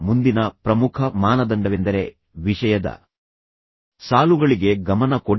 ಮುಂದಿನ ಪ್ರಮುಖ ಮಾನದಂಡವೆಂದರೆ ವಿಷಯದ ಸಾಲುಗಳಿಗೆ ಗಮನ ಕೊಡಿ